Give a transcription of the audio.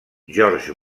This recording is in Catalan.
george